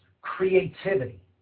creativity